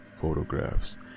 photographs